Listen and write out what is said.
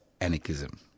anarchism